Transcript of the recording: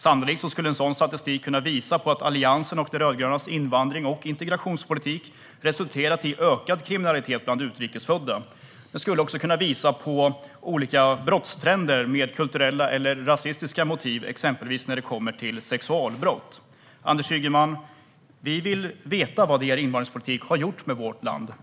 Sannolikt skulle sådan statistik kunna visa att Alliansens och de rödgrönas invandrings och integrationspolitik resulterat i ökad kriminalitet bland utrikesfödda. Det skulle också kunna visa på olika brottstrender med kulturella eller rasistiska motiv, exempelvis när det kommer till sexualbrott. Vi vill veta vad er invandringspolitik har gjort med vårt land, Anders Ygeman.